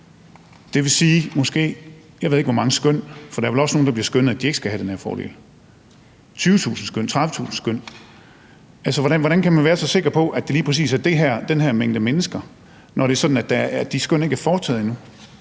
mange skøn, for der er vel også nogle, for hvem det bliver skønnet, at de ikke skal have den her fordel, men måske 20.000 skøn eller 30.000 skøn. Altså, hvordan kan man være så sikker på, at det lige præcis er den her mængde mennesker, når det er sådan, at de skøn ikke er foretaget endnu?